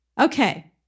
okay